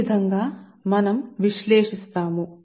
కాబట్టి ఈ విధం గా మేము విశ్లేషిస్తాము